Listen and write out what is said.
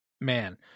man